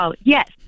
Yes